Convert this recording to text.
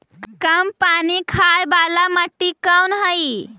कम पानी खाय वाला मिट्टी कौन हइ?